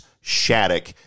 Shattuck